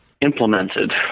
implemented